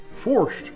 forced